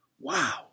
Wow